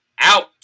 out